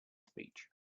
speech